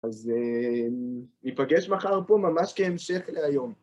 אז ניפגש מחר פה ממש כהמשך להיום.